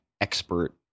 expert